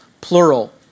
plural